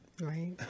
Right